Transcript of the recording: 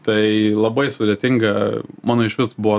tai labai sudėtinga mano išvis buvo